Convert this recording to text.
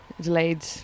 delayed